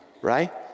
Right